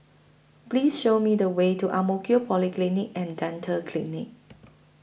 Please Show Me The Way to Ang Mo Kio Polyclinic and Dental Clinic